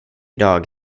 dag